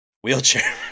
Wheelchair